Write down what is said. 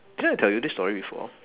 didn't I tell you this story before